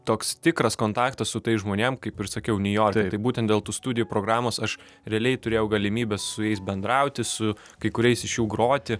toks tikras kontaktas su tais žmonėm kaip ir sakiau niujorke tai būtent dėl tų studijų programos aš realiai turėjau galimybę su jais bendrauti su kai kuriais iš jų groti